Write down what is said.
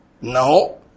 no